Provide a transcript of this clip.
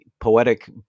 poetic